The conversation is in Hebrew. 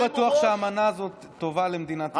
לא בטוח שהאמנה הזאת טובה למדינת ישראל.